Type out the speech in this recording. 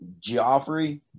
Joffrey